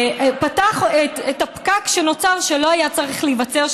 הוא פתח את הפקק שנוצר ולא היה צריך להיווצר,